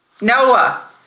Noah